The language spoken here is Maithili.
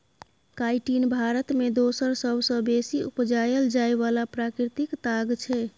काइटिन भारत मे दोसर सबसँ बेसी उपजाएल जाइ बला प्राकृतिक ताग छै